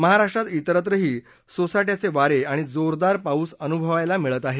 महाराष्ट्रात तिरत्रही सोसाट्याचे वारे आणि जोरदार पाऊस अनुभवयाला मिळत आहे